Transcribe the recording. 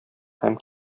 һәм